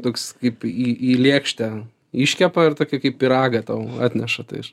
toks kaip į į lėkštę iškepa ir tokį kaip pyragą tau atneša tai aš